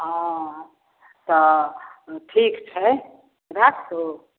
हँ तऽ ठीक छै राक्खु